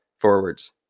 forwards